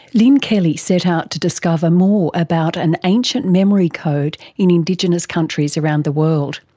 lynne kelly set out to discover more about an ancient memory code in indigenous countries around the world,